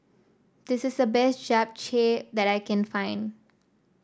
this is the best Japchae that I can find